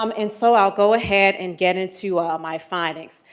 um and so i'll go ahead and get into my findings.